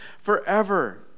forever